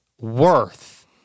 worth